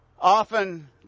often